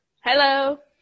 Hello